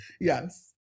Yes